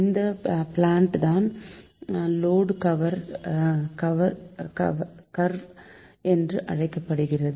இந்த பிளாட் தான் load curve என்று அழைக்கப்படுகிறது